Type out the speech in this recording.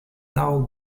now